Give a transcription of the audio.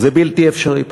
זה בלתי אפשרי פשוט.